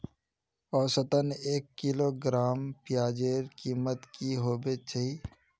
औसतन एक किलोग्राम प्याजेर कीमत की होबे चही?